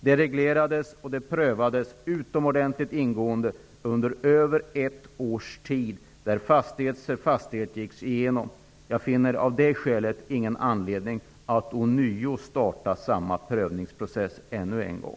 Det reglerades och prövades utomordentligt ingående under mer än ett års tid. Man gick igenom fastighet för fastighet. Jag finner av det skälet ingen anledning att starta samma prövningsprocess ännu en gång.